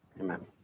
Amen